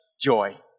joy